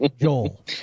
joel